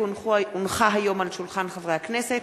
כי הונחה היום על שולחן הכנסת